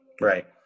Right